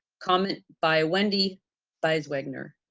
comment by wendy beiswenger.